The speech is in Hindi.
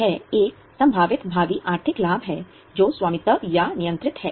यह एक संभावित भावी आर्थिक लाभ है जो स्वामित्व या नियंत्रित है